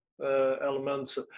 elements